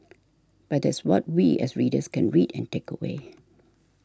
but that's what we as readers can read and take away